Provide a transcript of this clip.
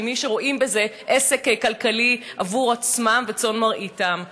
מי שרואים בזה עסק כלכלי עבור עצמם ועבור צאן מרעיתם.